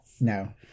No